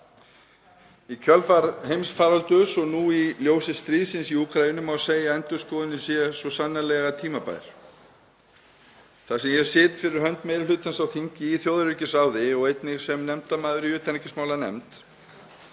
Í kjölfar heimsfaraldurs og nú í ljósi stríðsins í Úkraínu má segja að endurskoðunin sé svo sannarlega tímabær. Þar sem ég sit fyrir hönd meiri hlutans á þingi í þjóðaröryggisráði og einnig sem nefndarmaður í utanríkismálanefnd